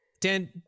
Dan